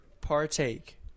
partake